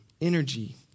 energy